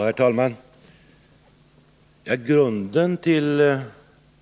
Herr talman!